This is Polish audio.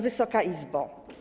Wysoka Izbo!